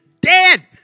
dead